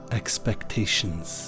expectations